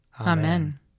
Amen